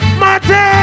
mate